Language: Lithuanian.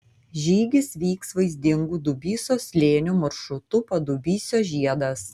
žygis vyks vaizdingu dubysos slėniu maršrutu padubysio žiedas